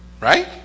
Right